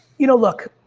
you know, look,